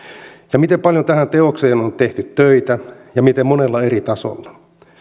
ja miten paljon tähän teokseen on tehty töitä ja miten monella eri tasolla